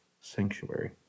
sanctuary